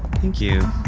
thank you